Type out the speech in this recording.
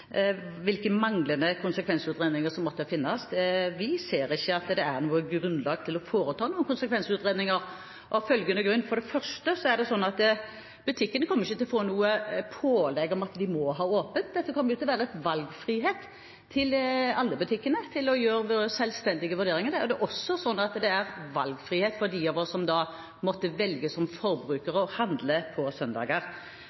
hvilke manglende konsekvensutredninger som måtte finnes. Vi ser ikke at det er noe grunnlag for å foreta noen konsekvensutredninger – av følgende grunner: For det første er det sånn at butikkene ikke kommer til å få noe pålegg om at de må ha åpent. Det kommer til å være en valgfrihet for alle butikkene til å gjøre selvstendige vurderinger. Det er også sånn at det blir valgfrihet for de av oss som måtte velge som forbrukere å handle på søndager.